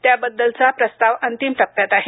त्याबद्दलचा प्रस्ताव अंतिम टप्प्यात आहे